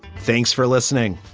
thanks for listening